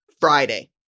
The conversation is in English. Friday